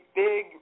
big